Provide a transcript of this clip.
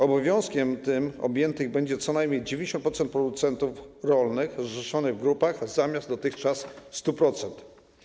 Obowiązkiem tym objętych będzie co najmniej 90% producentów rolnych zrzeszonych w grupach zamiast dotychczasowych 100%.